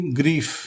grief